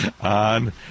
On